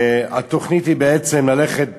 והתוכנית היא בעצם ללכת